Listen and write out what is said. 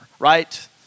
Right